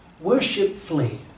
worshipfully